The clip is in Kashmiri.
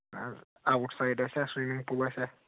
آوُٹ سایڈ آسیٛا سِومِنٛگ پوٗل آسیٛا